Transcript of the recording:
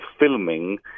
filming